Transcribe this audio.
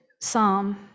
psalm